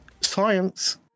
science